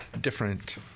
different